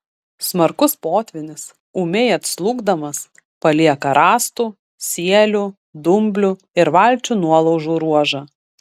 smarkus potvynis ūmiai atslūgdamas palieka rąstų sielių dumblių ir valčių nuolaužų ruožą